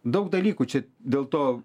daug dalykų čia dėl to